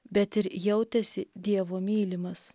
bet ir jautėsi dievo mylimas